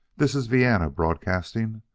this is vienna broadcasting.